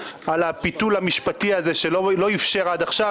הפיתול המשפטי הזה שלא איפשר עד עכשיו.